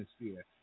atmosphere